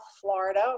Florida